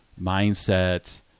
mindset